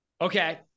Okay